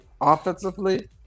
offensively